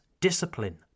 discipline